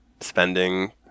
spending